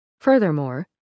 Furthermore